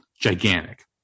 Gigantic